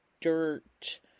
dirt